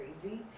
crazy